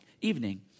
Evening